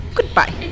Goodbye